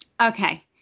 Okay